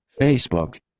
Facebook